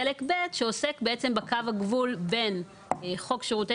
חלק ב' עוסק בקו הגבול בין חוק שירותי